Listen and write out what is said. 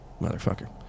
Motherfucker